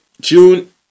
June